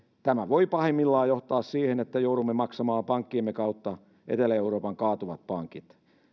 tämä voi pahimmillaan johtaa siihen että joudumme maksamaan pankkiemme kautta etelä euroopan kaatuvat pankit